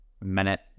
minute